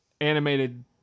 animated